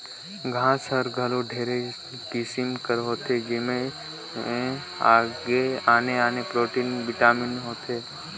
घांस हर घलो ढेरे किसिम कर होथे जेमन में आने आने प्रोटीन, बिटामिन होथे